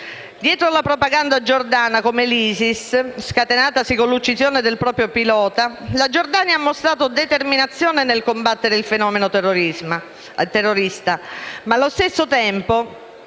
Dietro la propaganda giordana contro l'ISIS, scatenatasi con l'uccisione di un proprio pilota, la Giordania ha mostrato determinazione nel combattere il fenomeno terrorista, ma allo stesso tempo